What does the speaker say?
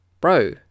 Bro